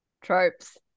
Tropes